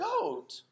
goat